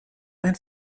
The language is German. ein